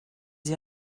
sie